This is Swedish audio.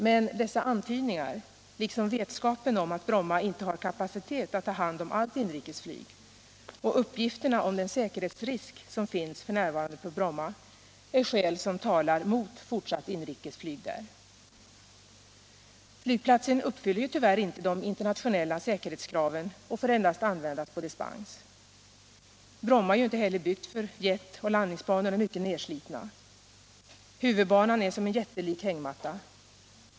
Men dessa antydningar, liksom vetskapen om att Bromma inte har kapacitet att ta hand om allt inrikesflyg och uppgifterna om den säkerhetsrisk som finns f.n. på Bromma, är skäl som talar mot fortsatt inrikesflyg där. Flygplatsen uppfyller tyvärr inte de internationella säkerhetskraven och får endast användas på dispens. Bromma är inte heller byggt för jet och landningsbanorna är mycket nerslitna. Huvudbanan är som en jättelik hängmatta.